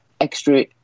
extra